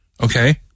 Okay